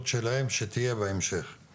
אני יודע שזה בוער בעצמות שלהם והם עושים את זה כולם,